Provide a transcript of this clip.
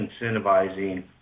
incentivizing